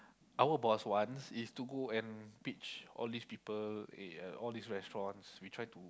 our boss wants is to go and pitch all these people all these restaurants we try to